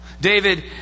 David